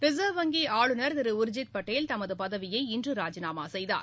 reserve வங்கி ஆளுநர் திரு உர்ஜித் பட்டேல் தமது பதவியை இன்று ராஜினாமா செய்தார்